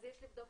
אז יש לבדוק